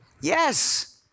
yes